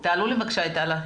שלום.